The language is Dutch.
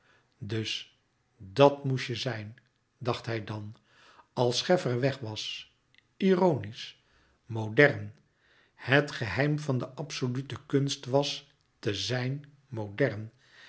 dus dàt moest je zijn dacht hij dan als scheffer weg was ironisch modern het geheim van de absolute kunst was te zijn modern